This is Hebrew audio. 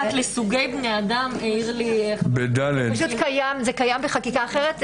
"לסוגי בני אדם" העיר לי על כך --- זה קיים בחקיקה אחרת.